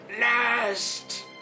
last